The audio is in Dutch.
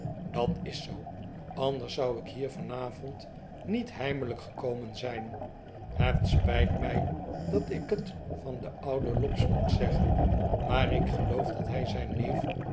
pat is zoo anders zou ik hier van avond niet heimelijk gekomen zijn het spijt mij dat ik het van den ouden lobbs moet zeggen maar ik geloof dat hij zijn neef